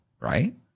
right